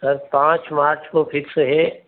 sir पाँच March को fix है